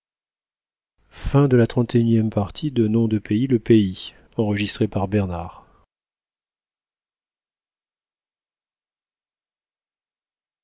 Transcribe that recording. le roi de le